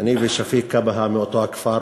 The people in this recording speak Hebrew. אני ושפיק כבהא מאותו הכפר.